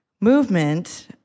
movement